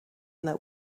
that